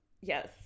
Yes